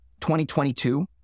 2022